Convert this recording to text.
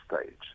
stage